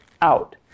out